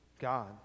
God